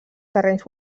terrenys